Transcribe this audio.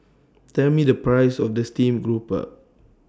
Tell Me The Price of The Steamed Grouper